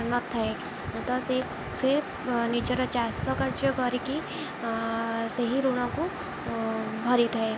ନଥାଏ ତ ସେ ସେ ନିଜର ଚାଷ କାର୍ଯ୍ୟ କରିକି ସେହି ଋଣକୁ ଭରିଥାଏ